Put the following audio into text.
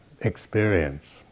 experience